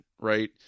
right